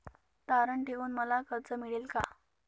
तारण ठेवून मला कर्ज मिळेल का?